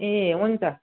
ए हुन्छ